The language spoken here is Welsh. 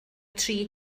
tri